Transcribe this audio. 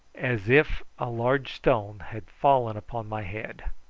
as if a large stone had fallen upon my head,